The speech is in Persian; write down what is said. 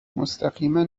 مستقیما